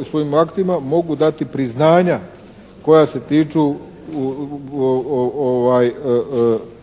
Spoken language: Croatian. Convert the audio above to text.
i svojim aktima mogu dati priznanja koja se tiču određenih